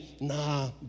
nah